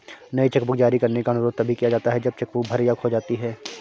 नई चेकबुक जारी करने का अनुरोध तभी किया जाता है जब चेक बुक भर या खो जाती है